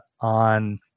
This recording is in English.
on